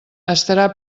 estarà